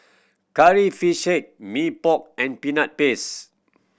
Curry Fish Head Mee Pok and Peanut Paste